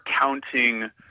counting